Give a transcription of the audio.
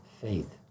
faith